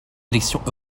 élections